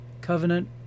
covenant